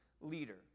leader